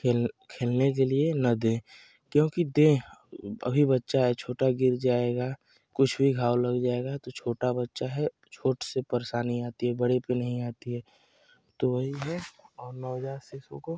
खेलने के लिए ना दें क्योंकि दे अभी बच्चा है छोटा गिर जाएगा कुछ भी घाव लग जाएगा तो छोटा बच्चा है चोट से परेशानी आती है बड़े पे नहीं आती है तो वही है और नवजात शिशु को